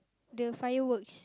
the fireworks